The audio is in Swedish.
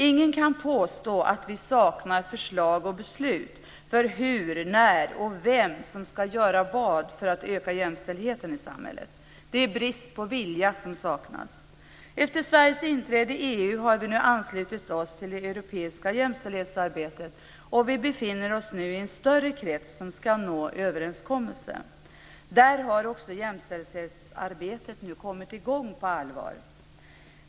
Ingen kan påstå att vi saknar förslag och beslut när det gäller hur vi ska göra, när vi ska göra det och vem som ska göra vad för att öka jämställdheten i samhället. Det är viljan som saknas. Efter Sveriges inträde i EU har vi anslutit oss till det europeiska jämställdhetsarbetet, och vi befinner oss nu i en större krets som ska nå överenskommelser. Där har också jämställdhetsarbetet kommit i gång på allvar.